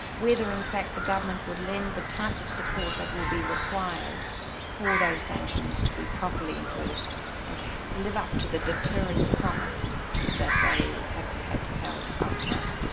whether in fact the government would lend the type of support that will be required for those sanctions to be properly enforced and to live up to the deterrence promise that they have held up to us.